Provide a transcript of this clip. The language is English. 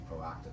proactive